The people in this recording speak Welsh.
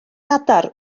adar